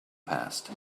past